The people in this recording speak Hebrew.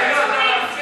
איפה?